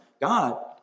God